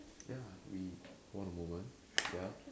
ya we one moment ya